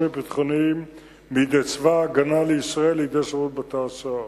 הביטחוניים מידי צבא-הגנה לישראל לידי שירות בתי-הסוהר,